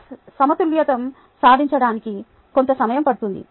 ఆ సమతుల్యం సాధించడానికి కొంత సమయం పడుతుంది